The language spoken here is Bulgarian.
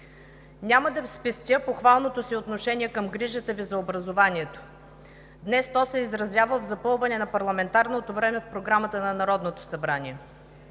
Няма да спестя похвалното си отношение към грижата Ви за образованието. Днес то се изразява в запълване на парламентарното време в Програмата на Народното събрание,